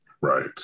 right